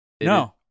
No